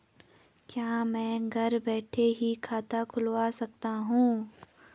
क्या मैं घर बैठे ही खाता खुलवा सकता हूँ?